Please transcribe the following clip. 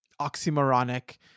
oxymoronic